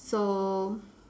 so